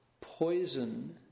poison